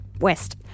West